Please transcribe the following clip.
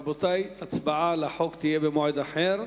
רבותי, הצבעה על החוק תהיה במועד אחר.